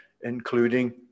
including